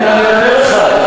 הנה אני אענה לך.